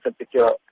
secure